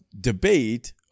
debate